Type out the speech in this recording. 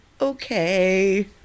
Okay